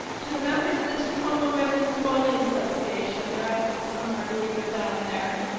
to the members of the tacoma women's bowling association, they're out there somewhere i believe they're down there.